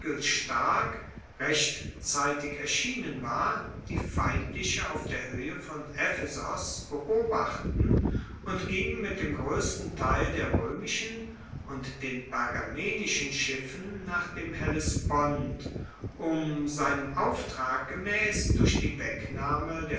stark rechtzeitig erschienen war die feindliche auf der hoehe von ephesos beobachten und ging mit dem groessten teil der roemischen und den pergamenischen schiffen nach dem hellespont um seinem auftrag gemaess durch die wegnahme